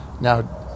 now